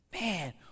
Man